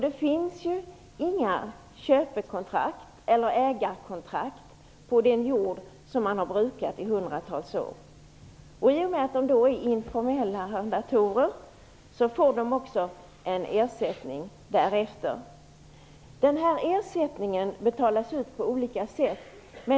Det finns ju inga köpekontrakt eller ägohandlingar på den jord som de har brukat i hundratals år. I och med att de är informella arrendatorer får de också en ersättning, som betalas ut på olika sätt.